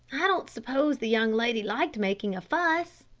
i don't suppose the young lady liked making a fuss.